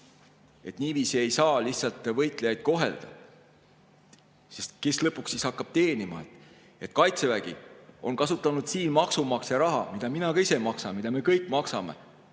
Niiviisi ei saa lihtsalt võitlejaid kohelda. Sest kes lõpuks siis hakkab teenima? Kaitsevägi on kasutanud siin maksumaksja raha, mida mina ka ise maksan, mida me kõik maksame,